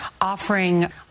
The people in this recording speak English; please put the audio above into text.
offering